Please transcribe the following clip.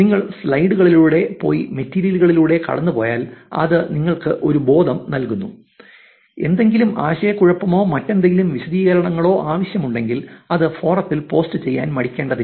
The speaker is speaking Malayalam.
നിങ്ങൾ സ്ലൈഡുകളിലൂടെ പോയി മെറ്റീരിയലുകളിലൂടെ കടന്നുപോയാൽ അത് നിങ്ങൾക്ക് ഒരു ബോധം നൽകുന്നു എന്തെങ്കിലും ആശയക്കുഴപ്പമോ മറ്റെന്തെങ്കിലും വിശദീകരണങ്ങളോ ആവശ്യമുണ്ടെങ്കിൽ അത് ഫോറത്തിൽ പോസ്റ്റ് ചെയ്യാൻ മടിക്കേണ്ടതില്ല